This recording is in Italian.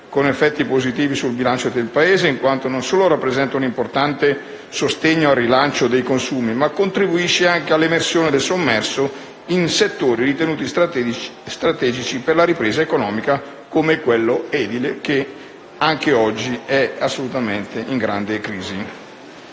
con effetti positivi sul bilancio del Paese, in quanto non solo rappresenta un importante sostegno al rilancio dei consumi, ma contribuisce anche all'emersione del sommerso in settori ritenuti strategici per la ripresa economica, come quello edile; il nostro Paese vanta inoltre una